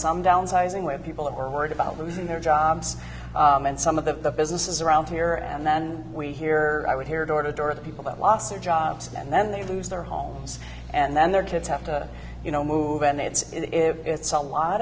some downsizing with people who are worried about losing their jobs and some of the businesses around here and then we hear i would hear door to door the people that lost their jobs and then they lose their homes and then their kids have to you know move and that's it it's a lot